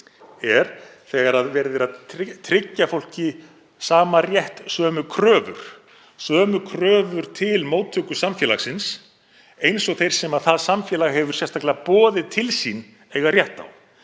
er þegar verið er að tryggja fólki sama rétt, sömu kröfur til móttöku samfélagsins og þeir sem það samfélag hefur sérstaklega boðið til sín eiga rétt á.